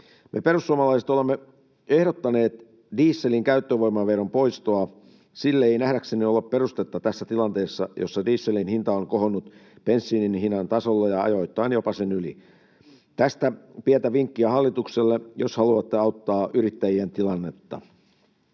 Me perussuomalaiset olemme ehdottaneet dieselin käyttövoimaveron poistoa. Sille ei nähdäkseni ole perustetta tässä tilanteessa, jossa dieselin hinta on kohonnut bensiinin hinnan tasolle ja ajoittain jopa sen yli. Tästä pientä vinkkiä hallitukselle, jos haluatte auttaa yrittäjien tilannetta.